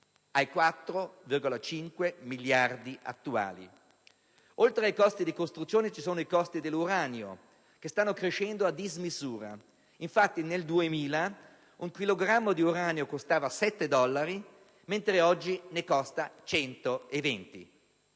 ai 4,5 attuali. Oltre ai costi di costruzione ci sono i costi dell'uranio, che stanno crescendo a dismisura. Infatti, nel 2000 un chilogrammo di uranio, costava 7 dollari, mentre oggi ne costa 120.